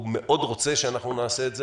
הוא מאוד רוצה שאנחנו נעשה את זה